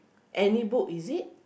any book is it